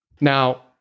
Now